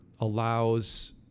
allows